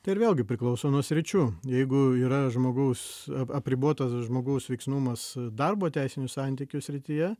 tai ir vėlgi priklauso nuo sričių jeigu yra žmogaus apribotas žmogaus veiksnumas darbo teisinių santykių srityje